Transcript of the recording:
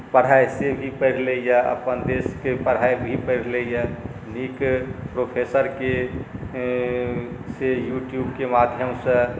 पढ़ाइ से भी पढ़ि लैए अपन देशके पढ़ाइ भी पढ़ि लैए नीक प्रोफेसरकेँ से यूट्यूबके माध्यमसँ